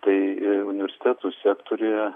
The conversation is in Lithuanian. tai universitetų sektoriuje